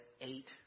eight